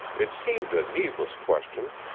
it seemed a needless question.